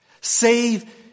Save